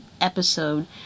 episode